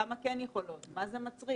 כמה כן יכולות, מה זה מצריך.